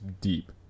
deep